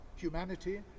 humanity